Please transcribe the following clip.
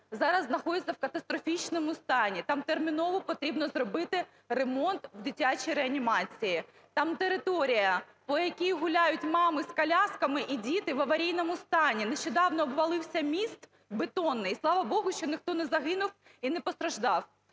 зараз знаходиться в катастрофічному стані, там терміново потрібно зробити ремонт в дитячій реанімації. Там територія, по якій гуляють мами з колясками і діти, в аварійному стані. Нещодавно обвалився міст бетонний, і, слава Богу, що ніхто не загинув і не постраждав.